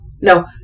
no